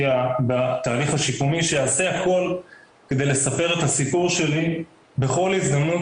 בתהליך השיקומי שיעשה הכול כדי לספר את הסיפור שלי בכל הזדמנות,